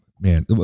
Man